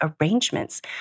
arrangements